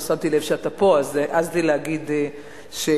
לא שמתי לב שאתה פה והעזתי להגיד משהו